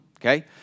okay